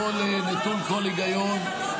הכול נטול כל היגיון.